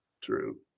True